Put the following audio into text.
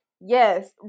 yes